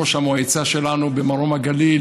ראש המועצה שלנו במרום הגליל,